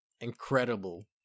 incredible